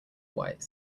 white